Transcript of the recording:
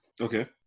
Okay